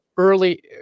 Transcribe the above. Early